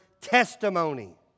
testimony